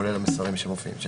כולל המסרים שמופיעים שם.